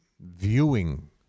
viewing